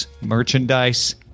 merchandise